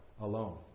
alone